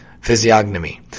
Physiognomy